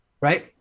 right